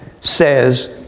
says